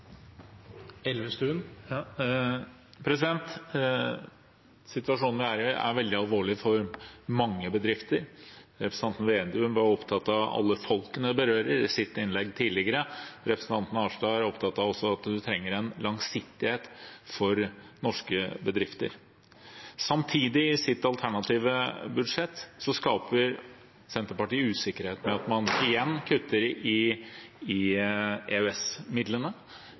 Vedum var opptatt av alle folkene det berører, i sitt innlegg tidligere. Representanten Arnstad er opptatt av at man også trenger langsiktighet for norske bedrifter. Samtidig, i sitt alternative budsjett, skaper Senterpartiet usikkerhet ved at man igjen kutter i EØS-midlene. I